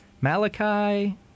Malachi